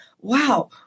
Wow